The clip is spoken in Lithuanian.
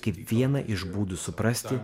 kaip vieną iš būdų suprasti